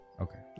Okay